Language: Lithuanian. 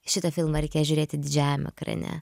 šitą filmą reikėjo žiūrėti didžiajame ekrane